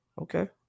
Okay